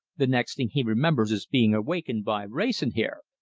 the next thing he remembers is being awakened by wrayson here!